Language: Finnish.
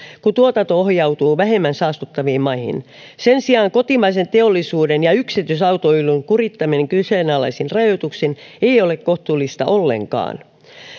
kun tuotanto ohjautuu vähemmän saastuttaviin maihin sen sijaan kotimaisen teollisuuden ja yksityisautoilun kurittaminen kyseenalaisin rajoituksin ei ole kohtuullista ollenkaan